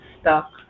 stuck